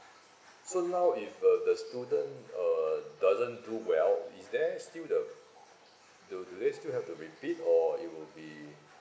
so now if uh the student uh doesn't do well is there still the do do they still have to repeat or it will be